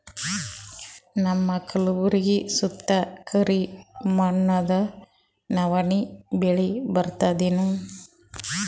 ನಮ್ಮ ಕಲ್ಬುರ್ಗಿ ಸುತ್ತ ಕರಿ ಮಣ್ಣದ ನವಣಿ ಬೇಳಿ ಬರ್ತದೇನು?